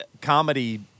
comedy